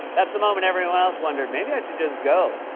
that's the moment everyone else wondered, maybe i should just go.